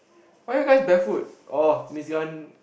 why are you guys barefoot oh Miss Gan